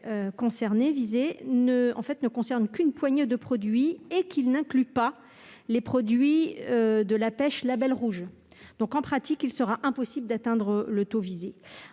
l'écolabel visé ne concerne qu'une poignée de produits et qu'il n'inclut pas les produits de la pêche label rouge. En pratique, il sera impossible d'atteindre le taux visé.